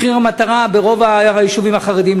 מחיר מטרה לא יהיה קיים ברוב היישובים החרדיים,